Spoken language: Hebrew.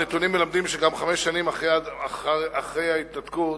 הנתונים מלמדים שגם חמש שנים אחרי ההתנתקות